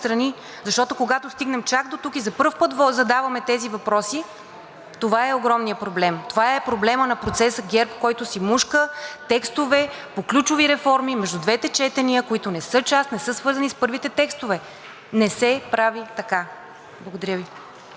защото, когато стигнем чак дотук и за пръв път задаваме тези въпроси, това е огромният проблем, това е проблемът на процеса ГЕРБ, който си мушка текстове по ключови реформи между двете четения, които не са част, не са свързани с първите текстове. Не се прави така. Благодаря Ви.